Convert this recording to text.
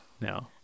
No